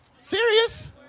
Serious